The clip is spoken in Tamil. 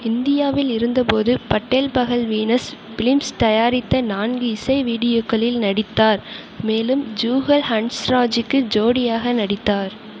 இந்தியாவில் இருந்தபோது பட்டேல் பஹல் வீனஸ் பிலிம்ஸ் தயாரித்த நான்கு இசை வீடியோக்களில் நடித்தார் மேலும் ஜுகல் ஹன்ஸ்ராஜுக்கு ஜோடியாக நடித்தார்